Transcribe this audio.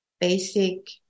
basic